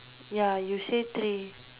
ya you say three